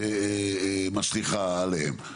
שמשליכה עליהם.